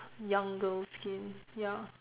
young girls skin ya